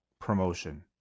promotion